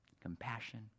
compassion